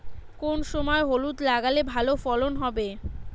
কোন সময় হলুদ লাগালে ভালো ফলন হবে?